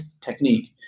technique